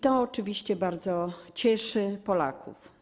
To oczywiście bardzo cieszy Polaków.